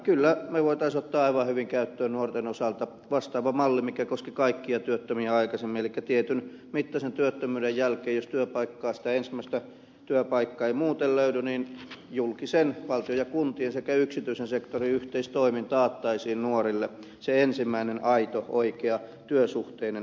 kyllä voitaisiin ottaa aivan hyvin käyttöön nuorten osalta vastaava malli mikä koski kaikkia työttömiä aikaisemmin elikkä jos tietyn mittaisen työttömyyden jälkeen sitä ensimmäistä työpaikkaa ei muuten löydy niin julkisen vallan valtion ja kuntien sekä yksityisen sektorin yhteistoimin taattaisiin nuorille se ensimmäinen aito oikea työsuhteinen työpaikka